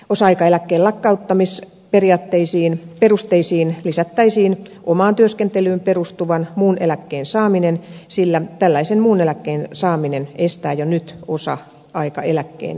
osa aikaeläkkeen lakkauttamisperusteisiin lisättäisiin omaan työskentelyyn perustuvan muun eläkkeen saaminen sillä tällaisen muun eläkkeen saaminen estää jo nyt osa aikaeläkkeen myöntämisen